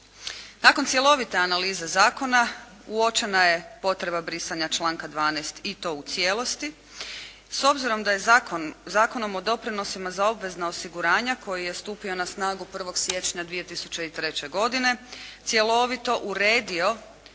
Nakon cjelovite analize zakona uočena je potreba brisanja članka 12. i to u cijelosti. S obzirom da je Zakonom o doprinosima za obvezna osiguranja koji je stupio na snagu 1. siječnja 2003. godine cjelovito uredio